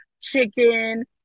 chicken